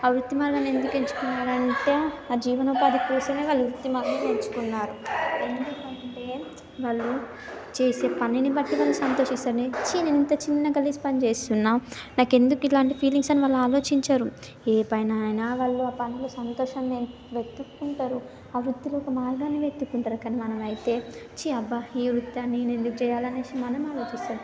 ఆ వృత్తి మార్గాన ఎందుకు ఎంచుకున్నారంటే ఆ జీవన ఉపాధి కోసమే వాళ్ళు ఆ వృత్తి మార్గాన్ని ఎంచుకున్నా ఎందుకంటే వాళ్ళు చేసే పనినిబట్టి వాళ్లు సంతోషిస్తారు నేను చీ ఇంత గలీజ్ పని చేస్తున్నా నాకు ఎందుకు ఇలాంటి ఫీలింగ్స్ వాళ్ళు ఆలోచించరు ఏ పని అయినా వాళ్ళు ఆ పనుల్లో సంతోషాన్ని వెతుక్కుంటారు ఆ వృత్తి యొక్క మార్గాన్ని ఎత్తుకుంటారు మనమైతే ఛి అబ్బా ఈ వృత్తిని నేను ఎందుకు చేయాలని మనం ఆలోచిస్తాం